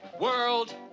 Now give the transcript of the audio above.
World